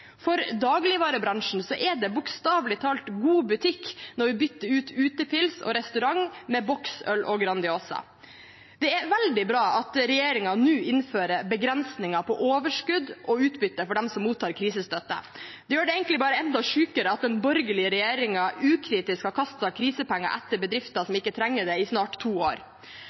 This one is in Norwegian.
For dagligvarebransjen er det bokstavelig talt god butikk når vi bytter ut utepils og restaurant med boksøl og Grandiosa. Det er veldig bra at regjeringen nå innfører begrensninger på overskudd og utbytte for dem som mottar krisestøtte. Det gjør det egentlig bare enda sjukere at den borgerlige regjeringen ukritisk har kastet krisepenger etter bedrifter som ikke trenger det, i snart to år.